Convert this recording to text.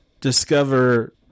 discover